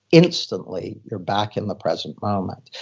instantly, you're back in the present moment.